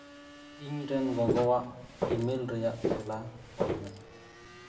ᱤᱧᱨᱮᱱ ᱜᱚᱜᱚᱣᱟᱜ ᱤᱼᱢᱮᱞ ᱨᱮᱭᱟᱜ ᱛᱮᱞᱟ ᱚᱞ ᱢᱮ